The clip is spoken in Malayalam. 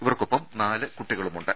ഇവർക്കൊപ്പം നാല് കുട്ടികളുമുണ്ട്